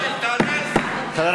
למה אתה פוחד מהתקשורת?